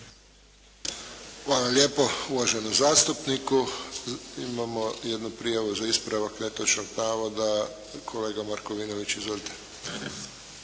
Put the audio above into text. Hvala lijepo uvaženom zastupniku. Imamo jednu prijavu za ispravak netočnog navoda, kolega Markovinović. Izvolite.